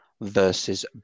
versus